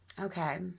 Okay